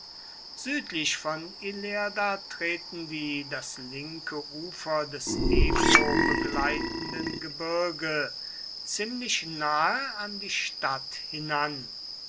südlich von ilerda treten die das linke ufer des ebro begleitenden gebirge ziemlich nahe an die stadt hinan